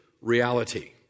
reality